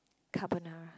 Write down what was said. carbonara